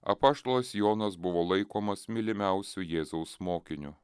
apaštalas jonas buvo laikomas mylimiausiu jėzaus mokiniu